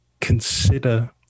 consider